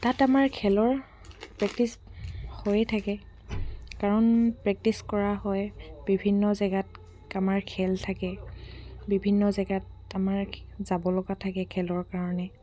তাত আমাৰ খেলৰ প্ৰেক্টিছ হৈয়েই থাকে কাৰণ প্ৰেক্টিছ কৰা হয় বিভিন্ন জেগাত আমাৰ খেল থাকে বিভিন্ন জেগাত আমাৰ যাব লগা থাকে খেলৰ কাৰণে